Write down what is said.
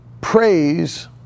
Praise